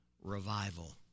Revival